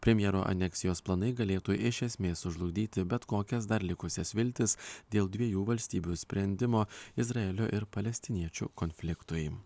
premjero aneksijos planai galėtų iš esmės sužlugdyti bet kokias dar likusias viltis dėl dviejų valstybių sprendimo izraelio ir palestiniečių konfliktui